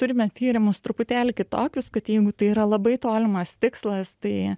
turime tyrimus truputėlį kitokius kad jeigu tai yra labai tolimas tikslas tai